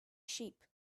sheep